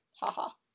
Ha-ha